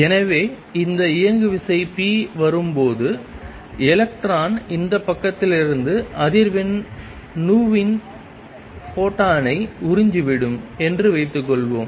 எனவே இந்த இயங்குவிசை p வரும்போது எலக்ட்ரான் இந்த பக்கத்திலிருந்து அதிர்வெண் நுவின் ஃபோட்டானை உறிஞ்சிவிடும் என்று வைத்துக்கொள்வோம்